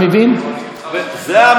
זו המהות, דרך אגב.